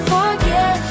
forget